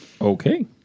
Okay